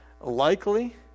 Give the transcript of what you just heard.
Likely